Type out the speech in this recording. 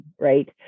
right